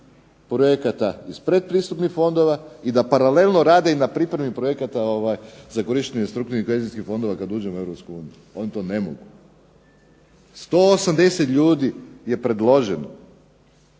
projekata iz predpristupnih fondova i da paralelno rade i na pripremi projekata za korištenje strukturnih … fondova kad uđemo u EU. Oni to ne mogu. 180 ljudi je predloženo,